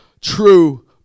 true